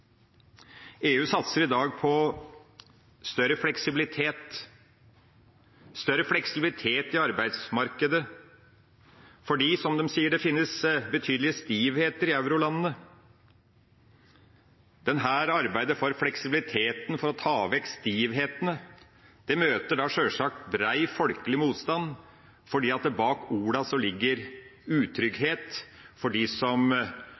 EU satser i dag på større fleksibilitet i arbeidsmarkedet, fordi – som de sier – det finnes betydelige stivheter i eurolandene. Dette arbeidet for fleksibiliteten, for å ta vekk stivhetene, møter sjølsagt brei folkelig motstand, for bak ordene ligger utrygghet for dem som